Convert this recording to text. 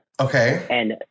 Okay